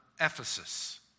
Ephesus